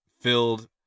filled